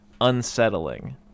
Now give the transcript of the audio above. unsettling